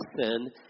sin